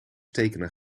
tekenen